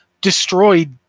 destroyed